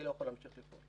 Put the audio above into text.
אני לא יכול להמשיך לפעול.